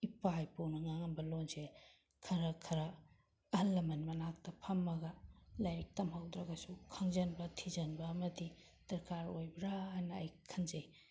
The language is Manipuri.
ꯏꯄꯥ ꯏꯄꯨꯅ ꯉꯥꯡꯉꯝꯕ ꯂꯣꯜꯁꯦ ꯈꯔ ꯈꯔ ꯑꯍꯜ ꯂꯃꯟ ꯃꯅꯥꯛꯇ ꯐꯝꯃꯒ ꯂꯥꯏꯔꯤꯛ ꯇꯝꯍꯧꯗ꯭ꯔꯒꯁꯨ ꯈꯪꯖꯤꯟꯕ ꯊꯤꯖꯤꯟꯕ ꯑꯃꯗꯤ ꯗꯔꯀꯥꯔ ꯑꯣꯏꯕ꯭ꯔꯥꯅ ꯑꯩ ꯈꯟꯖꯩ